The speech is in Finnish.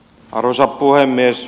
arvoisa puhemies